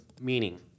meaning